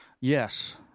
yes